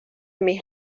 mis